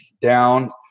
down